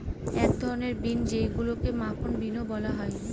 এক ধরনের বিন যেইগুলাকে মাখন বিনও বলা হয়